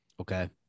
Okay